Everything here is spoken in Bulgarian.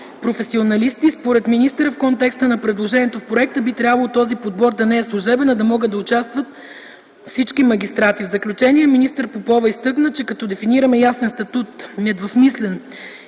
министър Попова изтъкна, че като дефинираме ясен статут, недвусмислен